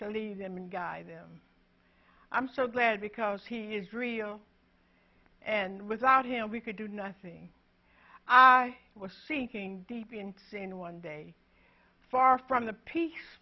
to leave him and guide them i'm so glad because he is real and without him we could do nothing i was sinking deep into sin one day far from the pea